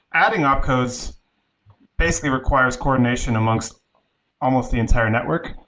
adding opt codes basically requires coordination amongst almost the entire network.